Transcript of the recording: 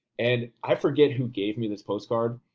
and i forget who gave me this postcard,